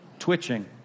twitching